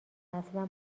اصلا